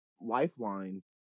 lifeline